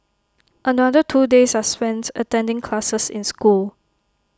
another two days are spent attending classes in school